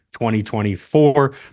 2024